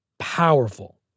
Powerful